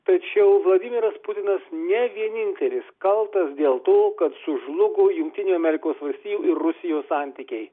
tačiau vladimiras putinas ne vienintelis kaltas dėl to kad sužlugo jungtinių amerikos valstijų ir rusijos santykiai